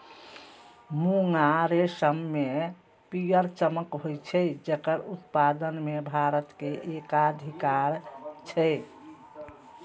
मूंगा रेशम मे पीयर चमक होइ छै, जेकर उत्पादन मे भारत के एकाधिकार छै